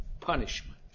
punishment